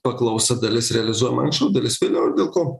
paklausa dalis realizuojama anksčiau dalis vėliau ir dėl ko